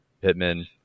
Pittman